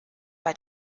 bei